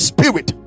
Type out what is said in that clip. Spirit